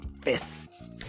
fists